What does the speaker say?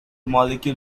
molecule